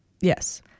Yes